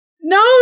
No